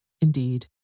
indeed